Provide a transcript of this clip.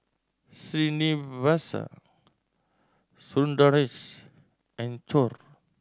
Srinivasa Sundaresh and Choor